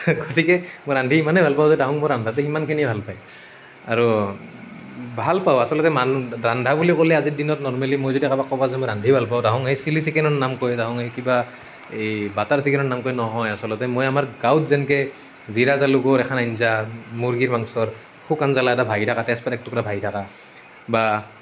গতিকে মই ৰান্ধি ইমানেই ভাল পাওঁ যে তাহোন মোৰ ৰন্ধাটো ইমানখিনি ভাল পায় আৰু ভাল পাওঁ আচলতে মান ৰন্ধা বুলি ক'লে আজিৰ দিনত নৰ্মেলী মই যেতিয়া কাৰোবাক কওঁ যে মই ৰান্ধি ভাল পাওঁ তাহোন সেই চিলি চিকেনৰ নাম কয় তাহোন সেই কিবা এই বাটাৰ চিকেনৰ নাম কয় নহয় আচলতে মই আমাৰ গাঁৱত যেনেকৈ জিৰা জালুকৰ এখন আঞ্জা মূৰ্গী মাংসৰ শুকান জলা এটা ভাঁহি থকা তেজপাত এক টুকুৰা ভাঁহি থকা বা